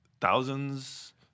thousands